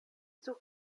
such